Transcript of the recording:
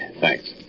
Thanks